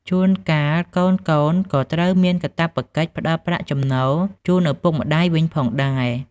ជួនកាល កូនៗក៏ត្រូវមានកាតព្វកិច្ចផ្ដល់ប្រាក់ចំណូលជូនឪពុកម្ដាយវិញផងដែរ។